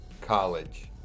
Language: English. college